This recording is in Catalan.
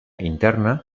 interna